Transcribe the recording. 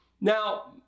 Now